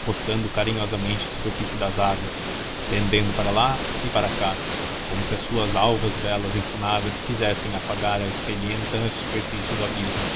roçando carinhosamente a superfície das águas pendendo para lá e para cá como se as suas alvas velas enfunadas quisessem afagar a espelhenta superfície do abismo